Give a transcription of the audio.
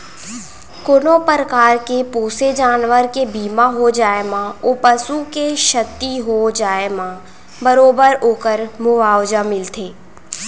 कोनों परकार के पोसे जानवर के बीमा हो जाए म ओ पसु के छति हो जाए म बरोबर ओकर मुवावजा मिलथे